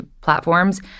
platforms